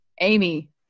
amy